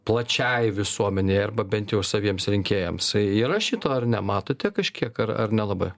plačiai visuomenei arba bent jau saviems rinkėjams yra šito ar ne matote kažkiek ar ar nelabai